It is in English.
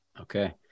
Okay